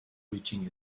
preaching